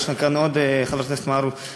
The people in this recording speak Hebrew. ישנו כאן חבר הכנסת מערוף,